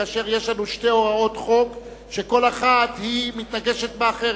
כאשר יש לנו שתי הוראות חוק שכל אחת מתנגשת באחרת.